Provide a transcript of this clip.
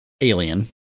alien